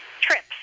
trips